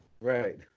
Right